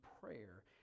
prayer